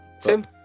Tim